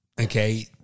okay